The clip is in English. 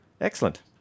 Excellent